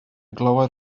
glywed